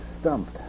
stumped